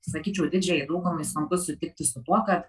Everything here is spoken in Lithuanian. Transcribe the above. sakyčiau didžiajai daugumai sunku sutikti su tuo kad